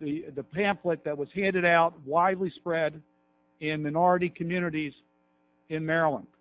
the pamphlet that was handed out widely spread in minority communities in maryland